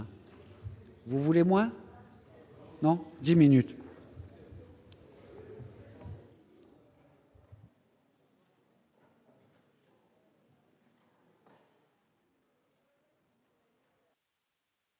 Vous voulez moi non 10 minutes.